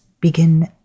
begin